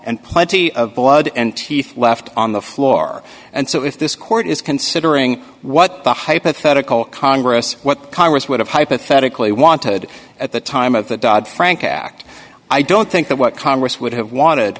and plenty of blood and teeth left on the floor and so if this court is considering what the hypothetical congress what congress would have hypothetically wanted at the time of the dodd frank act i don't think that what congress would have wanted